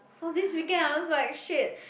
so this weekend I'm just like shit